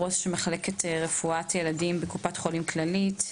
מנהלת מחלקת רפואת ילדים בקופת חולים ׳כללית׳.